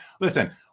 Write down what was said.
listen